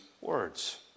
words